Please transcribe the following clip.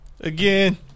again